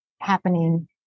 happening